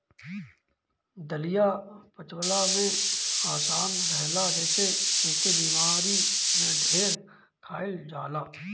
दलिया पचवला में आसान रहेला जेसे एके बेमारी में ढेर खाइल जाला